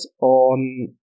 on